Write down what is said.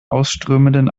ausströmenden